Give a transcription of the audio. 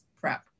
prep